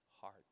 heart